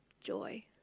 joy